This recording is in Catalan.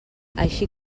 així